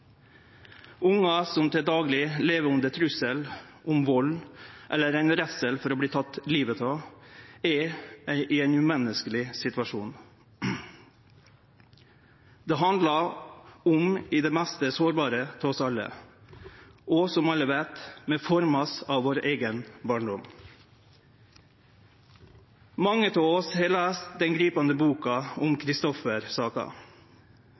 som til dagleg lever under trugsmål om vald eller under redsel for å verte tekne livet av, er i ein umenneskeleg situasjon. Dette handlar om dei mest sårbare av oss alle. Og som alle veit: Vi vert forma av vår eigen barndom. Mange av oss har lese den gripande boka om